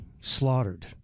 slaughtered